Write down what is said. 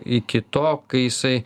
iki to kai jisai